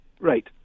Right